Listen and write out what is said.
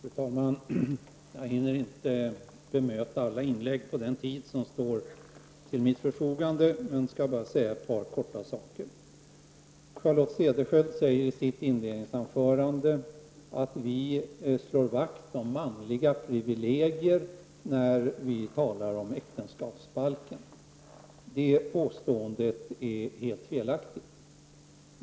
Fru talman! Jag hinner inte bemöta alla inlägg på den tid som står till mitt förfogande. Jag skall endast ta upp ett par saker. Charlotte Cederschiöld säger i sitt inledningsanförande att vi slår vakt om manliga privilegier när vi talar om äktenskapsbalken. Det påståendet är helt felaktigt.